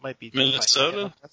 Minnesota